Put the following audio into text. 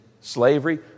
slavery